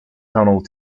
tunnel